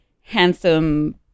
handsome